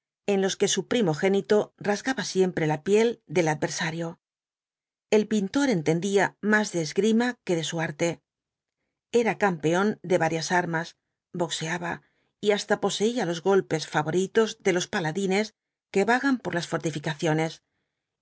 en los que su primogénito rasgaba siempre la piel del adversario el pintor entendía más de esgrima que de su arte era campeón de varias armas boxeaba y hasta poseía los golpes favoritos de los paladines que vagan por las fortificaciones